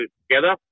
together